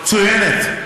מצוינת.